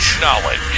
knowledge